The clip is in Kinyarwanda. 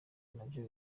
nabyo